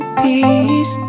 peace